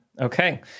Okay